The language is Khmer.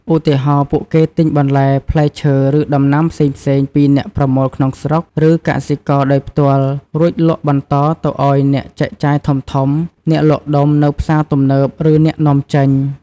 ឧទាហរណ៍ ពួកគេទិញបន្លែ ផ្លែឈើ ឬដំណាំផ្សេងៗពីអ្នកប្រមូលក្នុងស្រុក ឬកសិករដោយផ្ទាល់ រួចលក់បន្តទៅឱ្យអ្នកចែកចាយធំៗ អ្នកលក់ដុំនៅផ្សារទំនើប ឬអ្នកនាំចេញ។